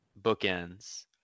bookends